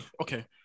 Okay